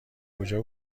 کجا